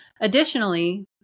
Additionally